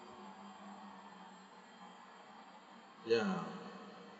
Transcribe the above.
ya